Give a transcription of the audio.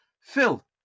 Phil